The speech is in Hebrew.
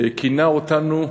כינה אותנו,